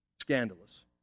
Scandalous